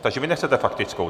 Takže vy nechcete faktickou?